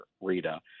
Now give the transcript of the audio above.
Rita